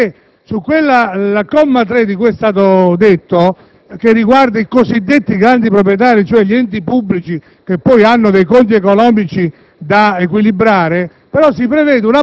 alla questione della durata della proroga, al comma 3 di cui è stato detto, che riguarda i cosiddetti grandi proprietari, cioè gli enti pubblici (che poi hanno dei conti economici